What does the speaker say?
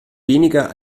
weniger